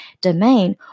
domain